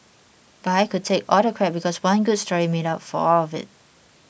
but I could take all the crap because one good story made up for all of it